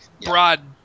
broad